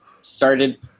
started